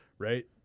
Right